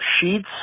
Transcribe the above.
Sheets